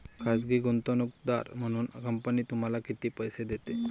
खाजगी गुंतवणूकदार म्हणून कंपनी तुम्हाला किती पैसे देते?